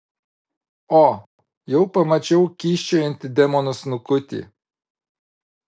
o jau pamačiau kyščiojantį demono snukutį